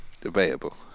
debatable